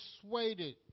persuaded